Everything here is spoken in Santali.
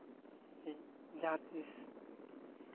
ᱤᱧ ᱡᱟᱦᱟᱸ ᱛᱤᱸᱥ